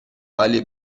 عالی